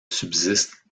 subsiste